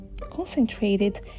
concentrated